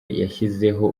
yashyizeho